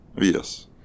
Yes